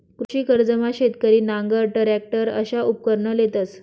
कृषी कर्जमा शेतकरी नांगर, टरॅकटर अशा उपकरणं लेतंस